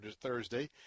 Thursday